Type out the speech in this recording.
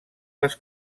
les